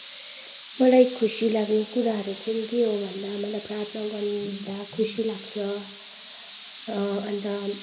मलाई खुसी लाग्ने कुराहरू चाहिँ के हो भन्दा मलाई प्रार्थना गर्दा खुसी लाग्छ अन्त